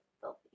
filthy